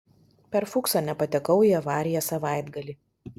per fuksą nepatekau į avariją savaitgalį